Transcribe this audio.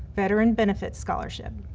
veteran benefits scholarship.